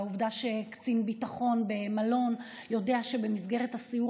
בעובדה שקצין ביטחון במלון יודע שבמסגרת הסיור